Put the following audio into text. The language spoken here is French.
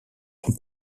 son